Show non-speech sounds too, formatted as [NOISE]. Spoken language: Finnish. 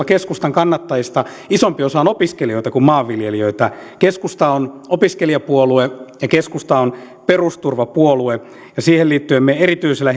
[UNINTELLIGIBLE] keskustan kannattajista jopa isompi osa on opiskelijoita kuin maanviljelijöitä keskusta on opiskelijapuolue ja keskusta on perusturvapuolue ja siihen liittyen me erityisellä [UNINTELLIGIBLE]